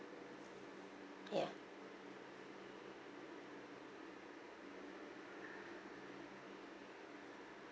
ya